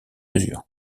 mesure